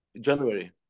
January